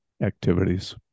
activities